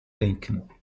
trinken